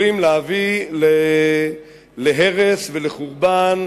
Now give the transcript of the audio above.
אלא שהן עלולות להביא להרס ולחורבן